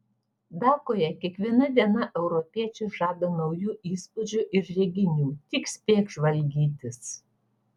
dakoje kiekviena diena europiečiui žada naujų įspūdžių ir reginių tik spėk žvalgytis